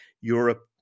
Europe